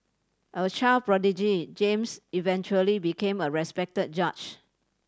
a child prodigy James eventually became a respected judge